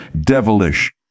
devilish